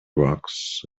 rocks